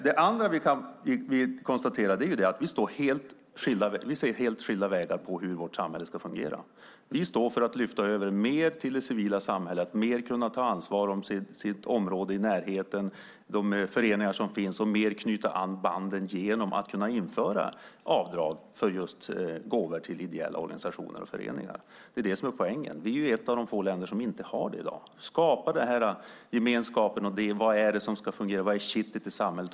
Det andra vi kan konstatera är att vi ser helt olika på hur vårt samhälle ska fungera. Vi står för att man ska lyfta över mer till det civila samhället. Det handlar om att mer kunna ta ansvar i sitt närområde. Det handlar om de föreningar som finns och om att knyta band genom att kunna införa avdrag för just gåvor till ideella organisationer och föreningar. Det är det som är poängen. Vi är ett av de få länder som inte har det här i dag. Det handlar om att skapa den här gemenskapen. Vad är det som ska fungera? Vad är kittet i samhället?